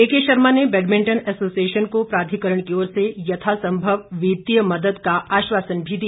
केके शर्मा ने badminton association को प्राधिकरण की ओर से यथासंभव वित्तीय मदद का आश्वासन भी दिया